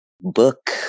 book